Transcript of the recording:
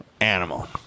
animal